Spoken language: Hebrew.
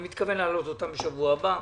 אני מתכוון להעלות אותם בשבוע הבא.